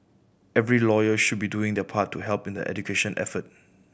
every lawyer should be doing their part to help in the education effort